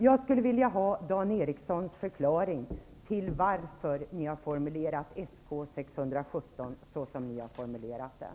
Jag skulle vilja be Dan Eriksson om en förklaring till varför ni har formulerat motion Sk617 så som ni har formulerat den.